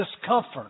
discomfort